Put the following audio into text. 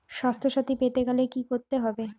স্বাস্থসাথী পেতে গেলে কি করতে হবে?